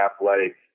athletic